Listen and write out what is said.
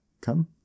come